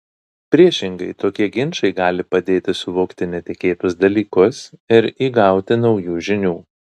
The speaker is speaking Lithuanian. priešingai tokie ginčai gali padėti suvokti netikėtus dalykus ir įgauti naujų žinių